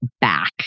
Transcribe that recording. back